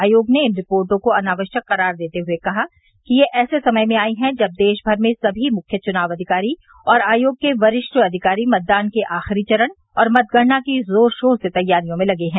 आयोग ने इन रिपोर्टो को अनावश्यक करार देते हुए कहा है कि ये ऐसे समय आई हैं जब देशमर में सभी मुख्य चुनाव अधिकारी और आयोग के वरिष्ठ अधिकारी मतदान के आखिरी चरण और मतगणना की जोर शोर से तैयारियों में लगे हैं